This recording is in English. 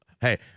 Hey